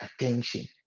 attention